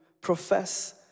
profess